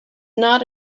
not